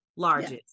largest